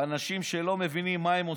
אנשים שלא מבינים מה הם עושים.